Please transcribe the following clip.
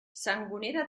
sangonera